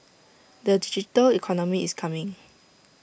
the digital economy is coming